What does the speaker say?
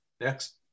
Next